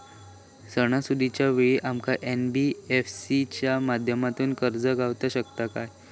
सणासुदीच्या वेळा आमका एन.बी.एफ.सी च्या माध्यमातून कर्ज गावात शकता काय?